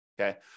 okay